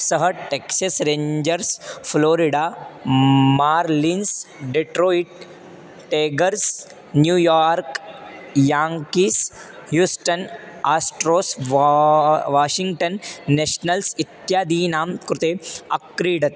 सः Texas Rangers Florida Marlins Detroit Tigers New York Yankees Houston Astros वा Washington Nationals इत्यादीनां कृते अक्रीडत्